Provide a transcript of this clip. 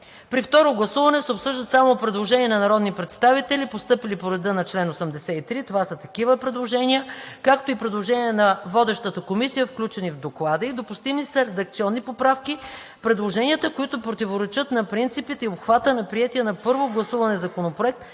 „При второто гласуване се обсъждат само предложения на народни представители, постъпили по реда на чл. 83 – това са такива предложения – както и предложения на водещата комисия, включени в доклада ѝ. Допустими са и редакционни поправки. Предложенията, които противоречат на принципите и обхвата на приетия на първо гласуване законопроект,